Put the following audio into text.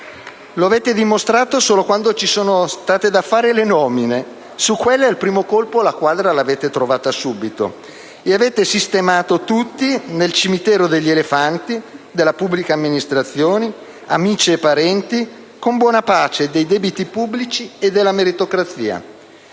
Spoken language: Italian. lo avete dimostrato quando bisognava fare le nomine: su quelle al primo colpo avete trovato la quadra e avete sistemato tutti nel cimitero degli elefanti della pubblica amministrazione, amici e parenti, con buona pace dei debiti pubblici e della meritocrazia.